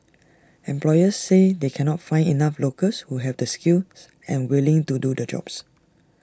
employers say they cannot find enough locals who have the skills and are willing to do the jobs